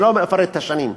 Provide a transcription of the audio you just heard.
אני לא אפרט את השנים.